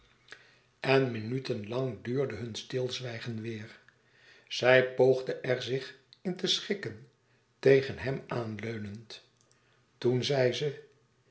en minuten lang duurde hun stilzwijgen weêr zij poogde er zich in te schikken tegen hem aan leunend toen zei ze